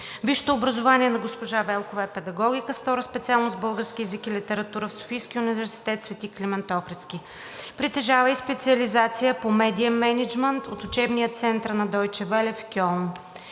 Висшето образование на госпожа Велкова е „Педагогика“, с втора специалност „Български език и литература“ в Софийския университет „Св. Климент Охридски“. Притежава и специализация по медиен мениджмънт от учебния център на „Дойче Веле“ в Кьолн.